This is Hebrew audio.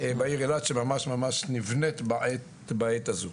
בעיר אילת שממש ממש נבנית בעת הזו.